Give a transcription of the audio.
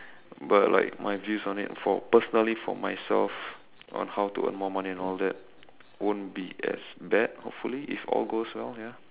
but like my views on it for personally for myself on how to earn more money and all that won't be as bad hopefully if all goes well ya